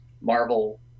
Marvel